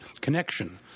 connection